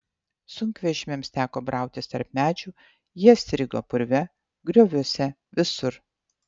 sunkvežimiams teko brautis tarp medžių jie strigo purve grioviuose visur